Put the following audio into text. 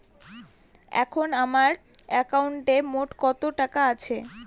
এখন আমার একাউন্টে মোট কত টাকা আছে?